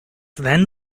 then